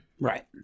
Right